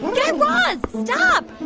guy raz, stop.